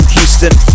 Houston